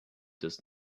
does